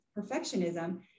perfectionism